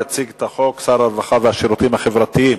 יציג את החוק שר הרווחה והשירותים החברתיים.